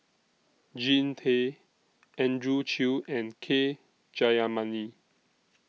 Jean Tay Andrew Chew and K Jayamani